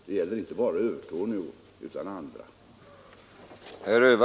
Det gäller inte bara verkstaden i Övertorneå utan även andra.